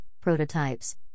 prototypes